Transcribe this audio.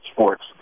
sports